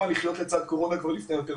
על לחיות לצד קורונה כבר לפני יותר משנה.